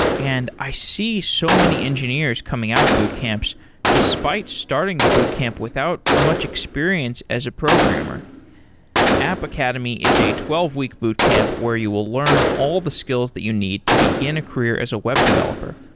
and i see so many engineers coming out of boot camps despite starting the boot camp without much experience as a programmer app academy is a twelve week boot camp where you will learn all the skills that you need to begin a career as a web developer.